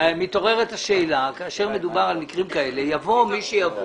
מתעוררת השאלה שכאשר מדובר על מקרים כאלה יבוא מי שיבוא